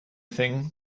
thing